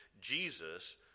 Jesus